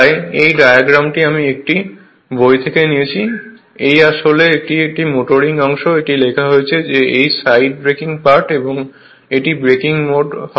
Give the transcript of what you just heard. তাই এই ডায়াগ্রামটি আমি একটি বই থেকে নিয়েছি এই অংশটি আসলে একটি মোটরিং অংশ এটি লেখা হয়েছে এই সাইড ব্রেকিং পার্ট এবং এটি ব্রেকিং মোড হয়